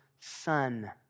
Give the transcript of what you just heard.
son